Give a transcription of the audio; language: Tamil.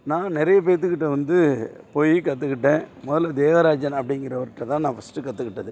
நான் நிறைய பேர்த்துக்கிட்ட வந்து போய் கற்றுக்கிட்டேன் முதல்ல தேவராஜன் அப்படிங்கிறவருட்ட தான் நான் ஃபஸ்ட்டு கற்றுக்கிட்டது